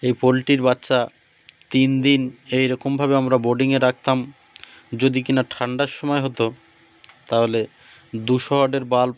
এই পোলট্রির বাচ্চা তিন দিন এই রকমভাবে আমরা বোর্ডিংয়ে রাখতাম যদি কি না ঠান্ডার সময় হতো তাহলে দুশো ওয়াটের বাল্ব